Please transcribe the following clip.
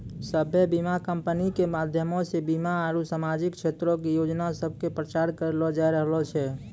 सभ्भे बीमा कंपनी के माध्यमो से बीमा आरु समाजिक क्षेत्रो के योजना सभ के प्रचार करलो जाय रहलो छै